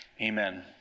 amen